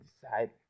decide